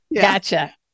Gotcha